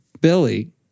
Billy